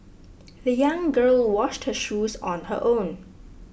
the young girl washed her shoes on her own